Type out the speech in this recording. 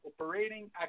operating